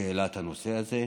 שהעלה את הנושא הזה.